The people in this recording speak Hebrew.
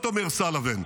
אומר סאליבן,